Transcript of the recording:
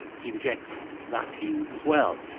he rejects that view as well.